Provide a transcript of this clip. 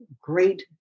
great